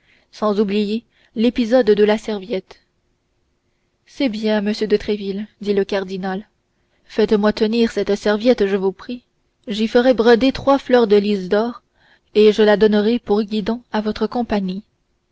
sans oublier l'épisode de la serviette c'est bien monsieur de tréville dit le cardinal faites-moi tenir cette serviette je vous prie j'y ferai broder trois fleurs de lis d'or et je la donnerai pour guidon à votre compagnie